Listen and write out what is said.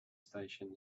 station